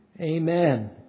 Amen